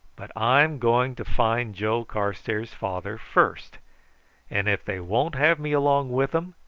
but i'm going to find joe carstairs' father first and if they won't have me along with them,